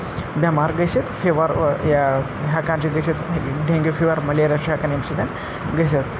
بٮ۪مار گٔژھِتھ فیٖوَر یا ہٮ۪کان چھِ گٔژھِتھ ڈینگیوٗ فیٖوَر مَلیریا چھُ ہٮ۪کان ییٚمہِ سۭتۍ گٔژھِتھ